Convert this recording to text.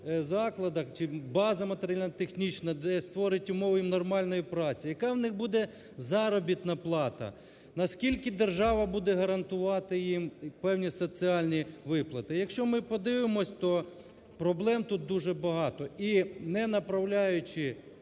закладах чи база матеріально-технічна, де створить умови їм нормальної праці, яка в них буде заробітна плата, наскільки держава буде гарантувати їм певні соціальні виплати. Якщо ми подивимось, то проблем тут дуже багато. І не направляючи